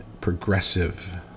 progressive